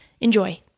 Enjoy